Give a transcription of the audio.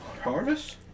harvest